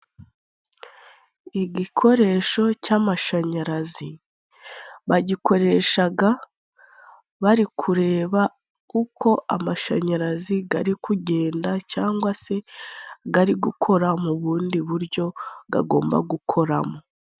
Igikoresho cy'amashanyarazi bagikoreshaga bari kureba uko amashanyarazi ari kugenda cyangwa se gari gukora mu bundi buryo gagomba gukoramo.